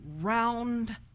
round